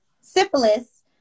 syphilis